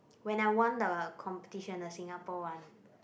when I won the competition the Singapore one